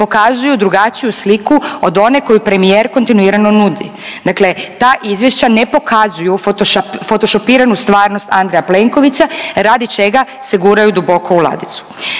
pokazuju drugačiju sliku od one koju premijer kontinuirano nudi. Dakle, ta izvješća ne pokazuju fotošopiranu stvarnost Andreja Plenkovića radi čega se guraju duboko u ladicu.